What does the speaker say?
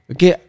Okay